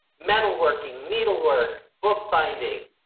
metal working needle work bookbinding.